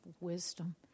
wisdom